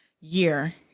year